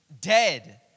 dead